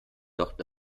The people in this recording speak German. docht